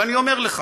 ואני אומר לך: